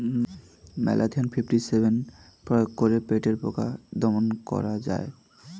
Malathion fifty seven প্রয়োগ করে পাটের পোকা দমন করা যায়?